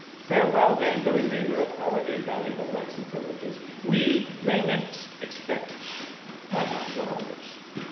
farewell then the remainder of our inhalable rights and privileges, we mainly expect padlocks on our lips.